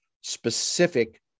specific